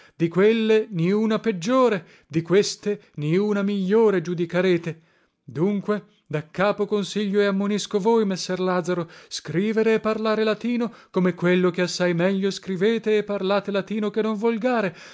di quelle niuna peggiore di queste niuna migliore giudicarete dunque da capo consiglio e ammonisco voi messer lazaro scrivere e parlare latino come quello che assai meglio scrivete e parlate latino che non volgare